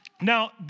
Now